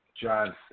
Johnson